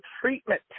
treatment